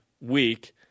week